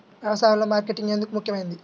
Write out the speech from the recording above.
వ్యసాయంలో మార్కెటింగ్ ఎందుకు ముఖ్యమైనది?